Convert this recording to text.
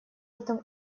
этом